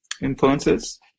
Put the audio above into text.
influences